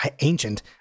ancient